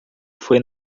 foi